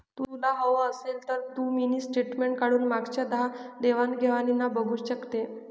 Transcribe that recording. तुला हवं असेल तर तू मिनी स्टेटमेंट काढून मागच्या दहा देवाण घेवाणीना बघू शकते